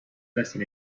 lesson